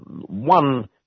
one